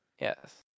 Yes